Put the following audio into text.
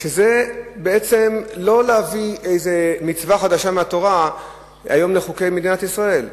שזה בעצם לא להביא איזה מצווה חדשה מהתורה היום לחוקי מדינת ישראל,